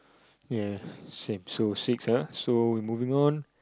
ya same so six ah so we moving on